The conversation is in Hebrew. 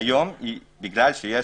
בגלל שיש